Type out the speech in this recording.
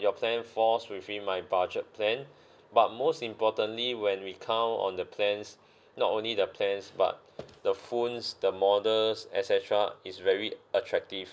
your plan falls within my budget plan but most importantly when we count on the plans not only the plans but the phones the models et cetera is very attractive